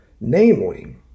Namely